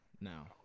now